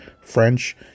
French